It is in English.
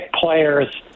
players